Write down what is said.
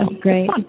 Great